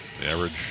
Average